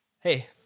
Hey